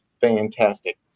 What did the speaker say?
fantastic